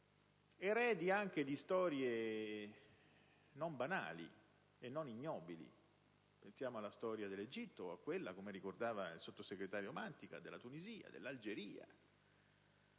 eredi anche di storie non banali e non ignobili (pensiamo alla storia dell'Egitto o a quella, come ricordava il sottosegretario Mantica, della Tunisia e dell'Algeria: